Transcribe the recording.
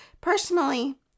Personally